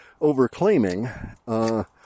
overclaiming